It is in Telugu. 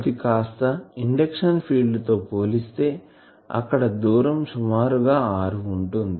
అది కాస్త ఇండక్షన్ ఫీల్డ్ తో పోలిస్తే అక్కడ దూరం సుమారుగా r ఉంటుంది